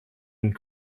and